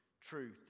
truth